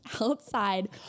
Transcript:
outside